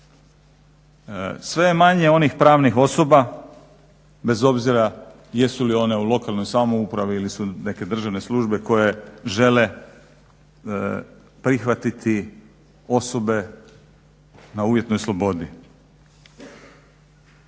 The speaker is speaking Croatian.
je manje onih pravnih osoba bez obzira jesu li one u lokalnoj samoupravi ili su neke državne službe koje žele prihvatiti osobe na uvjetnoj slobodi.